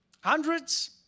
Hundreds